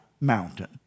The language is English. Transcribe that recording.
mountain